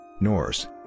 norse